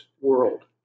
world